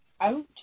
out